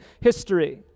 history